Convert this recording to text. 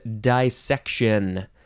dissection